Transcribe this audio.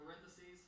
parentheses